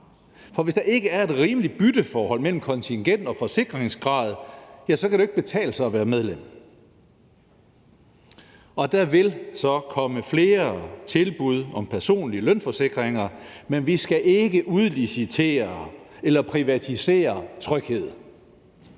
For hvis der ikke er et rimeligt bytteforhold mellem kontingent og forsikringsgrad, kan det jo ikke betale sig at være medlem. Og der vil så komme flere tilbud om personlige lønforsikringer. Men vi skal ikke udlicitere eller privatisere trygheden.